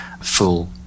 full